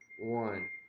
one